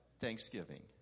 Thanksgiving